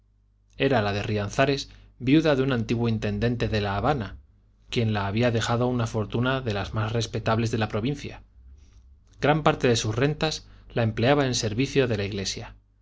era la de rianzares viuda de un antiguo intendente de la habana quien la había dejado una fortuna de las más respetables de la provincia gran parte de sus rentas la empleaba en servicio de la iglesia